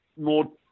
more